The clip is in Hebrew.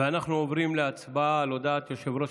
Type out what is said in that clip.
אנחנו עוברים להצבעה על הודעת יושב-ראש